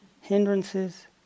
hindrances